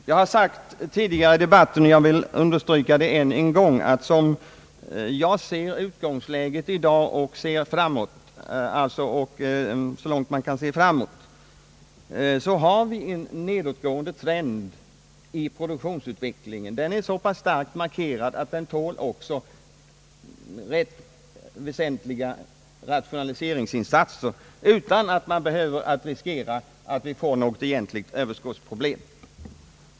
Jag har tidigare i debatten sagt, och jag vill understryka det än en gång, att vi har en nedåtgående trend i produktionsutvecklingen, som är så pass starkt markerad att den tål rätt väsentliga rationaliseringsinsatser utan att man behöver riskera att få något överskottsproblem.